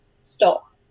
stop